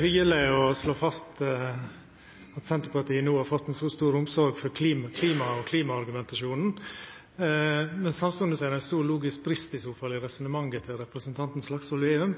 hyggeleg å slå fast at Senterpartiet no har fått ei så stor omsorg for klima og klimaargumentasjonen. Samstundes er det i så fall ein stor logisk brest i resonnementet til representanten Slagsvold Vedum,